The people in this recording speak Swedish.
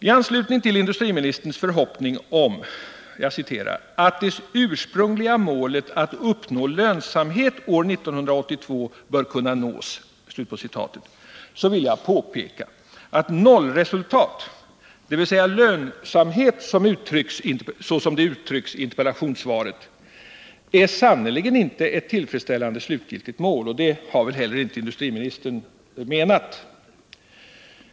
I anslutning till industriministerns förhoppning om att det ”ursprungliga målet att uppnå lönsamhet år 1982 bör kunna nås” vill jag påpeka att nollresultat — dvs. lönsamhet som den uttrycks i interpellationssvaret — sannerligen inte är ett tillfredsställande slutgiltigt mål, och det har väl industriministern inte heller menat.